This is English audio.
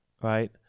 right